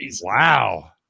Wow